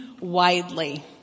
widely